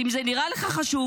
אם זה נראה לך חשוב,